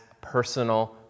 personal